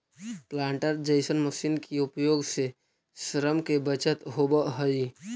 planter जईसन मशीन के उपयोग से श्रम के बचत होवऽ हई